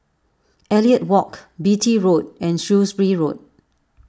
Elliot Walk Beatty Road and Shrewsbury Road